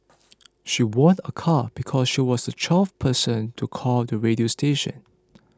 she won a car because she was the twelfth person to call the radio station